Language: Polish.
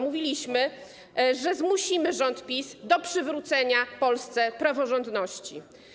Mówiliśmy, że zmusimy rząd PiS do przywrócenia w Polsce praworządności.